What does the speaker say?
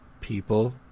People